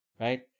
right